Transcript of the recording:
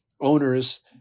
owners